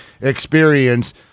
experience